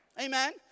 Amen